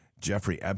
Jeffrey